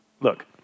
Look